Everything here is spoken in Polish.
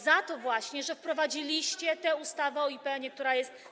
za to właśnie, że wprowadziliście tę ustawę o IPN-ie, która jest.